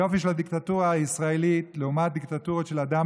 היופי של הדיקטטורה הישראלית לעומת דיקטטורות של אדם